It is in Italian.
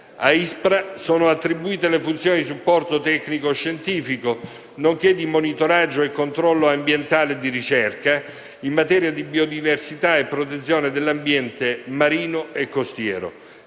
A ISPRA sono attribuite le funzioni di supporto tecnico-scientifico, nonché di monitoraggio e controllo ambientale e di ricerca, in materia di biodiversità e protezione dell'ambiente marino e costiero.